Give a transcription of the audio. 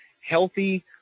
healthy